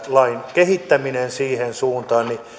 kehittäminen siihen suuntaan olisivatko